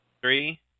Three